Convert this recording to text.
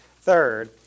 Third